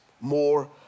more